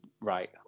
right